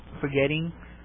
forgetting